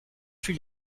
fut